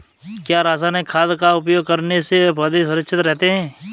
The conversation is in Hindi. क्या रसायनिक खाद का उपयोग करने से पौधे सुरक्षित रहते हैं?